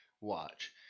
watch